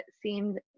seemed